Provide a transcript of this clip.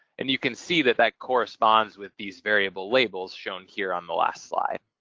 and you can see that that corresponds with these variable labels shown here on the last slide.